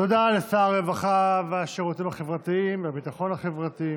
תודה לשר הרווחה והביטחון החברתי.